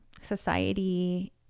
society